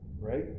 right